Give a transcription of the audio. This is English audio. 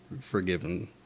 forgiven